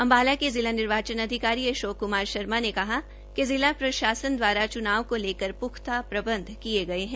अम्बाला के निर्वाचन अधिकारी अशोक कुमार शर्मा ने कहा कि जिला प्रशासन द्वारा चुनाव लेकर पुख्ता प्रबंध किए गए है